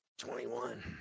21